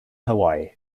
hawaii